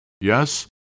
Yes